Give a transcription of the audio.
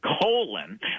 colon